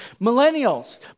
Millennials